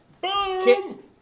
Boom